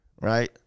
right